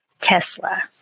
Tesla